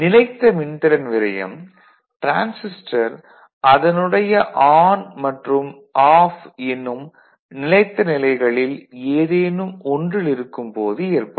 நிலைத்த மின்திறன் விரயம் டிரான்சிஸ்டர் அதனுடைய ஆன் மற்றும் ஆஃப் என்னும் நிலைத்த நிலைகளில் ஏதேனும் ஒன்றில் இருக்கும் போது ஏற்படும்